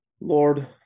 Lord